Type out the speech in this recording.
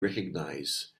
recognize